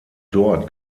dort